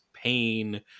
pain